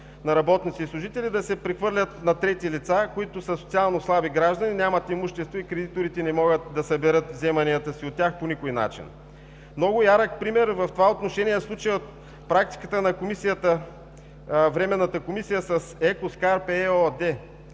на работници и служители, да се прехвърлят на трети лица, които са социално слаби граждани, нямат имущество и кредиторите не могат да съберат вземанията си от тях по никакъв начин. Много ярък пример в това отношение е случаят с „Еко Скарпе“ ЕООД,